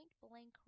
point-blank